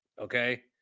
Okay